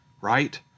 right